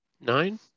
Nine